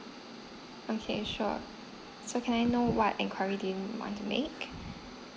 okay sure so can I know what enquiry do you want to make